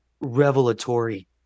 revelatory